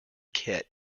kit